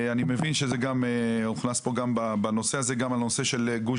אני מבין שבנושא הזה הוכנס הנושא של גוש